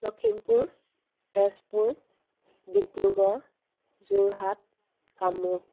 Lakhimpur Tezpur Dibrugarh Jorhat Kamrup